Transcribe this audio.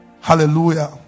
Hallelujah